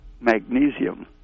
magnesium